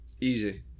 Easy